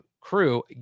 crew